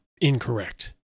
incorrect